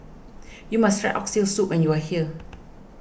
you must try Oxtail Soup when you are here